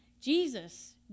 Jesus